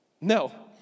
no